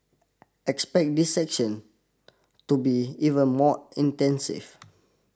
expect these session to be even more extensive